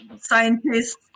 scientists